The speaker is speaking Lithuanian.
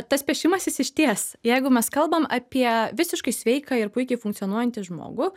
tas pešimasis išties jeigu mes kalbam apie visiškai sveiką ir puikiai funkcionuojantį žmogų